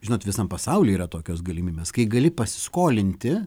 žinot visam pasauly yra tokios galimybės kai gali pasiskolinti